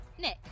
Nick